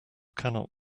cannot